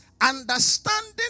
understanding